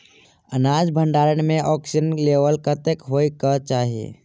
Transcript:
अनाज भण्डारण म ऑक्सीजन लेवल कतेक होइ कऽ चाहि?